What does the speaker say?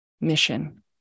mission